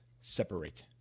separate